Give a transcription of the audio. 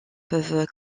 peuvent